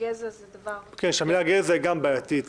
שהמילה "גזע" בעייתית.